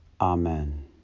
Amen